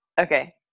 Okay